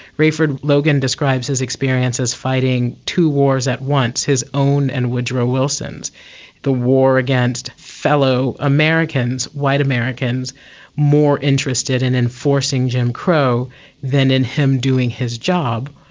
rayford logan describes his experience as fighting two wars at once, his own and woodrow wilson's the war against fellow americans, white americans more interested in enforcing jim crow than in him doing his job,